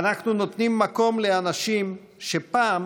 אנחנו נותנים מקום לאנשים שפעם